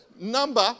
number